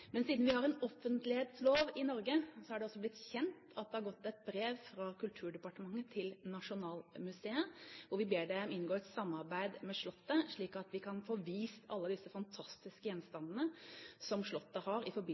Men siden vi har en offentlighetslov i Norge, er det også blitt kjent at det har gått et brev fra Kulturdepartementet til Nasjonalmuseet der vi ber dem inngå et samarbeid med Slottet, slik at vi kan få vist alle de fantastiske gjenstandene som Slottet har, på en nasjonal vandreutstilling i